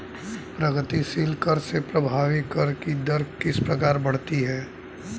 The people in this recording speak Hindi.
प्रगतिशील कर से प्रभावी कर की दर किस प्रकार बढ़ती है?